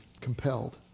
compelled